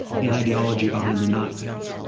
the ideology behind the nazis.